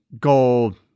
gold